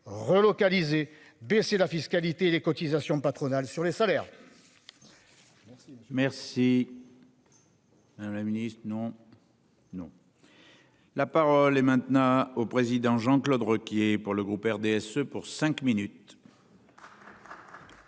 relocaliser baisser la fiscalité, les cotisations patronales sur les salaires. Merci. Hein la ministre. Non. Non. La parole est maintenant au président Jean-Claude Requier pour le groupe RDSE pour cinq minutes. Monsieur